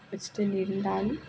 கஷ்டம் இருந்தாலும்